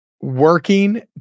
Working